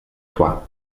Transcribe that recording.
tla